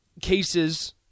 cases